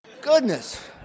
goodness